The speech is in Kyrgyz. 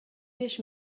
беш